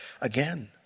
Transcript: again